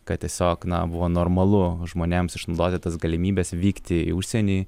kad tiesiog na buvo normalu žmonėms išnaudoti tas galimybes vykti į užsienį